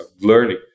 learning